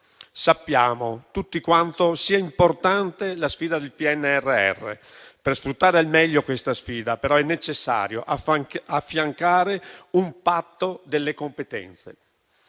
Sappiamo tutti quanto sia importante la sfida del PNRR. Per sfruttarla al meglio è però necessario affiancarle un patto delle competenze.